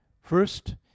First